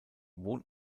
wohnt